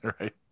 Right